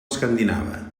escandinava